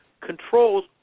controls